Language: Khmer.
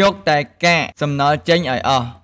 យកតែកាកសំណល់ចេញឱ្យអស់។